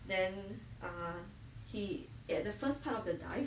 then ah he at the first part of the dive